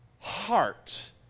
heart